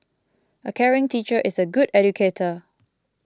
a caring teacher is a good educator